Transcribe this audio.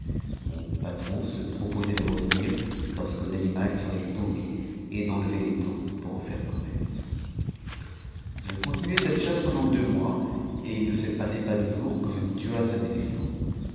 mon patron se proposait de revenir lorsque l'anima serait pourri et d'enlever les dents pour en faire commerce je continuai cette chasse pendant deux mois et il ne se passait pas de jour que je ne tuasse un éléphant